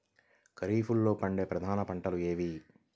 ఖరీఫ్లో పండే ప్రధాన పంటలు ఏవి?